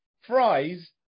fries